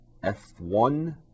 F1